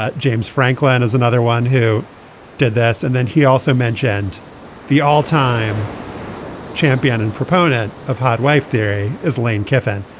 ah james franklin is another one who did this and then he also mentioned the all time champion and proponent of hot wife theory is lane kiffin.